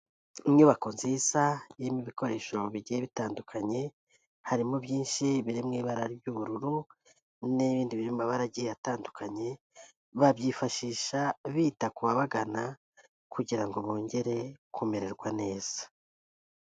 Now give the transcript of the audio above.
Inyubako nziza irimo ibikoresho bigiye bitandukanye, harimo byinshi biri mu ibara ry'ubururu n'ibindi biri mu mabara agiye atandukanye, babyifashisha bita kubabagana kugira ngo bongere kumererwa neza.